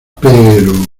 pero